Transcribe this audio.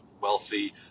wealthy